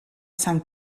sant